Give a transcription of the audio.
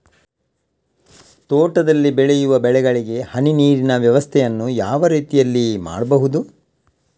ತೋಟದಲ್ಲಿ ಬೆಳೆಯುವ ಬೆಳೆಗಳಿಗೆ ಹನಿ ನೀರಿನ ವ್ಯವಸ್ಥೆಯನ್ನು ಯಾವ ರೀತಿಯಲ್ಲಿ ಮಾಡ್ಬಹುದು?